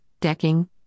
decking